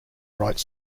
write